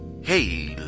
Hey